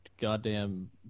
goddamn